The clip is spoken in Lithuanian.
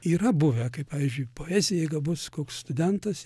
yra buvę kaip pavyzdžiui poezijai gabus koks studentas